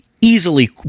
easily